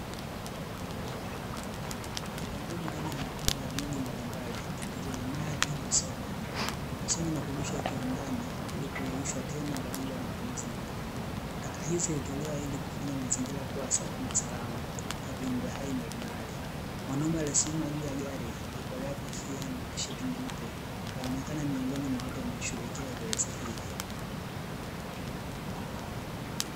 Taka ngumu aina ya makopo ya vinywaji mbalimbali kama vile maji na soda, hukusanywa nakurudishwa kiwandani ilikuyeyushwa tena kwajili ya matumizi mengine, taka hizi hutolewa ilikuyafanya mazingira kuwa safi na salama kwa viumbe hai mbalimbali. Mwanaume aliye simama juu ya gari aliyevalia kofia na tisheti nyeupe anaonekana miongoni mwa watu wanao shughulikia zoezi hili.